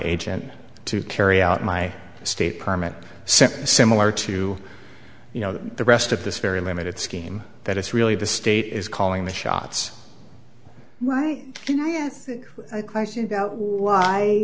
agent to carry out my state permit since similar to you know the rest of this very limited scheme that it's really the state is calling the shots my question why